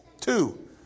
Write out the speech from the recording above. Two